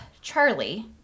Charlie